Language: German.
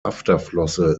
afterflosse